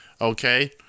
okay